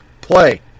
play